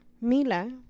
Mila